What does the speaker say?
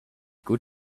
good